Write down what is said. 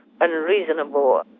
unreasonable